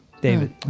David